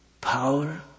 power